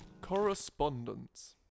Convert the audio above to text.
Correspondence